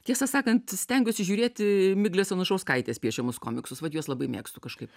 tiesą sakant stengiuosi žiūrėti miglės anušauskaitės piešiamus komiksus vat juos labai mėgstu kažkaip